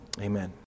amen